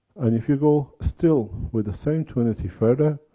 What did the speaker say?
and if you go still with the same twinity further,